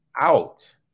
out